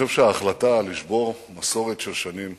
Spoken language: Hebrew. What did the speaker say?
אני חושב שההחלטה לשבור מסורת של שנים